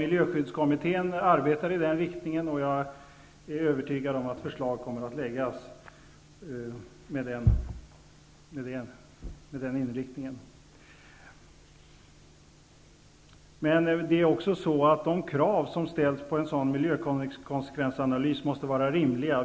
Miljöskyddskommittén arbetar i den riktningen, och jag är övertygad om att förslag med den inriktningen kommer att läggas fram. De krav som ställs på en sådan miljökonsekvensanalys måste vara rimliga.